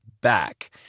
back